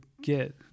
get –